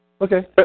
Okay